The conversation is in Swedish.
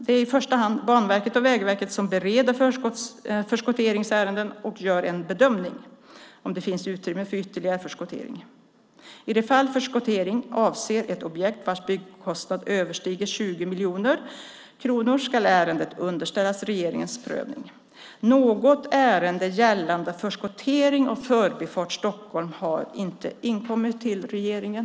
Det är i första hand Banverket och Vägverket som bereder förskotteringsärenden och gör en bedömning av om det finns utrymme för ytterligare förskottering. I de fall förskotteringen avser ett objekt vars byggkostnad överstiger 20 miljoner kronor ska ärendet underställas regeringens prövning. Något ärende gällande förskottering av Förbifart Stockholm har inte inkommit till regeringen.